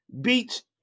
beats